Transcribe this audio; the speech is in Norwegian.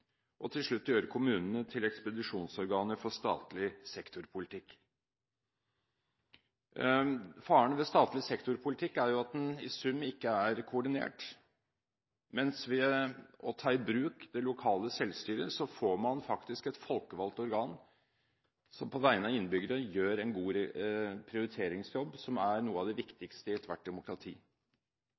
og til slutt gjøre kommunene til ekspedisjonsorganer for statlig sektorpolitikk. Faren ved statlig sektorpolitikk er at den i sum ikke er koordinert, mens man ved å ta i bruk det lokale selvstyret faktisk får et folkevalgt organ som på vegne av innbyggerne gjør en god prioriteringsjobb, som er noe av det viktigste i ethvert demokrati.